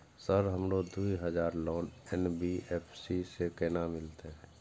Sir हमरो दूय हजार लोन एन.बी.एफ.सी से केना मिलते?